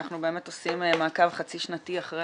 אנחנו באמת עושים מעקב חצי שנתי אחרי